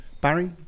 Barry